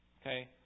Okay